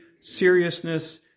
seriousness